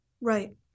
right